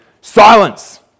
Silence